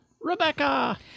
Rebecca